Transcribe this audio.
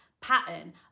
pattern